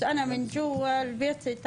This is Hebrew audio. אבל אני מבפנים הרוסה לגמרי.